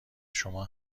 شما